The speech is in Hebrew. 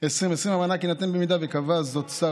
2020 המענק יינתן במידה שקבע זאת שר